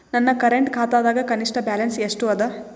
ನನ್ನ ಕರೆಂಟ್ ಖಾತಾದಾಗ ಕನಿಷ್ಠ ಬ್ಯಾಲೆನ್ಸ್ ಎಷ್ಟು ಅದ